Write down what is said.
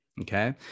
Okay